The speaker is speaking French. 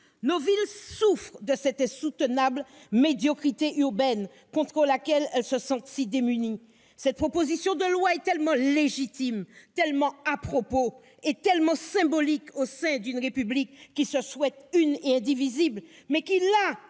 Nos villes souffrent de cette insoutenable médiocrité urbaine face à laquelle elles se sentent démunies. Cette proposition de loi est tellement légitime, tellement juste et tellement symbolique, dans la République ; celle-ci se veut une et indivisible, mais elle